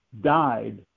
died